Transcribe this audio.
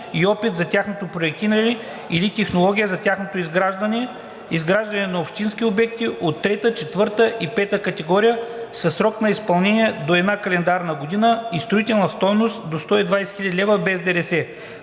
и опит за тяхното проектиране или технология за тяхното изграждане, изграждане на общински обекти от трета, четвърта и пета категория със срок на изпълнение до една календарна година и строителна стойност до 120 хил. лв. без ДДС,